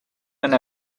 and